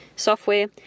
software